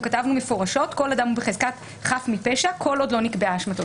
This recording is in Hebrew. כתבנו מפורשות כל אדם הוא בחזקת חף מפשע כל עוד לא נקבעה אשמתו.